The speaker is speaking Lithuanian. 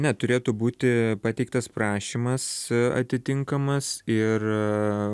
ne turėtų būti pateiktas prašymas atitinkamas ir